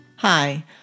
Hi